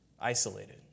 Isolated